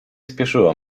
spieszyło